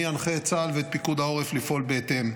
אני אנחה את צה"ל ואת פיקוד העורף לפעול בהתאם.